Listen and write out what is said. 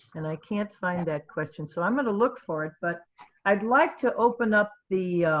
and i can't find that question. so i'm going to look for it. but i'd like to open up the